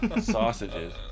Sausages